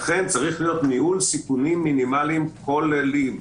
לכן צריך להיות ניהול סיכונים מינימליים כוללים.